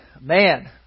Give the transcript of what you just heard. man